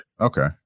Okay